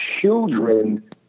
children